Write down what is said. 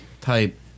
type